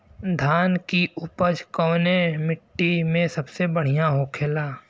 धान की उपज कवने मिट्टी में सबसे बढ़ियां होखेला?